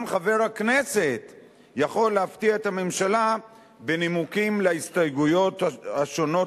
גם חבר הכנסת יכול להפתיע את הממשלה בנימוקים להסתייגויות השונות